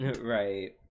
Right